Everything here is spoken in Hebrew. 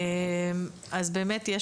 צריך